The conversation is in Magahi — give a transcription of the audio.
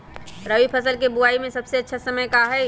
रबी फसल के बुआई के सबसे अच्छा समय का हई?